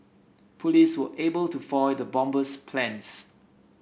police were able to foil the bomber's plans